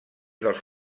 dels